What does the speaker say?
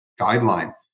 guideline